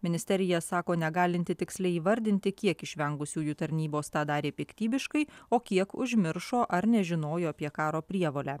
ministerija sako negalinti tiksliai įvardinti kiek išvengusiųjų tarnybos tą darė piktybiškai o kiek užmiršo ar nežinojo apie karo prievolę